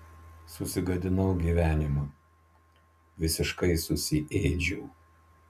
susigadinau gyvenimą visiškai susiėdžiau